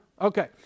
Okay